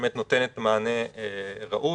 באמת נותנת מענה ראוי.